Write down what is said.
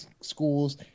schools